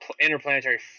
interplanetary